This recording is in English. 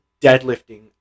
deadlifting